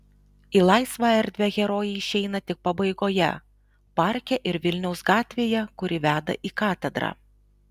į laisvą erdvę herojai išeina tik pabaigoje parke ir vilniaus gatvėje kuri veda į katedrą